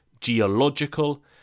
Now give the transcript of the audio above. geological